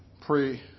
pre